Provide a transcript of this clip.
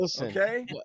Okay